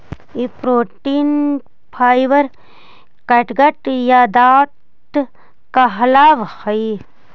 ई protein fibre catgut या ताँत कहलावऽ हई